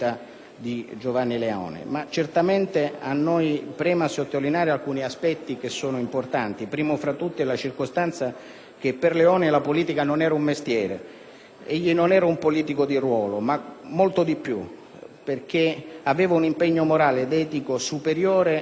di Giovanni Leone. Certamente a noi preme sottolineare alcuni aspetti che sono importanti: primo tra tutti la circostanza che per Leone la politica non era un mestiere. Egli non era un politico di ruolo ma molto di più, perché aveva un impegno morale ed etico superiore